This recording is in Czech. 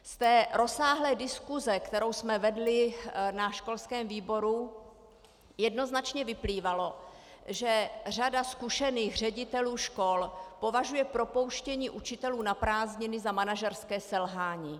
Z té rozsáhlé diskuse, kterou jsme vedli na školském výboru, jednoznačně vyplývalo, že řada zkušených ředitelů škol považuje propouštění učitelů na prázdniny za manažerské selhání.